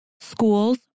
Schools